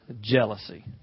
jealousy